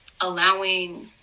allowing